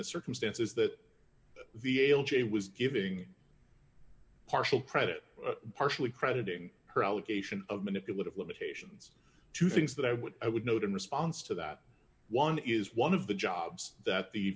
the circumstances that the ale jay was giving partial credit partially crediting her allocation of manipulative limitations to things that i would i would note in response to that one is one of the jobs that the